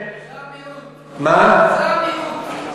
זה המיעוט.